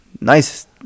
Nice